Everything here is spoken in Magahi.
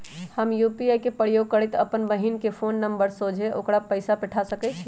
हम यू.पी.आई के प्रयोग करइते अप्पन बहिन के फ़ोन नंबर द्वारा सोझे ओकरा पइसा पेठा सकैछी